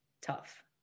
tough